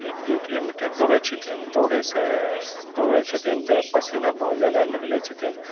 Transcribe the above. एक दुइ किलोमीटर दौड़ै छथिन दौड़ैसे दौड़ै छथिन तऽ पसीना बहुत जादा निकलै छथिन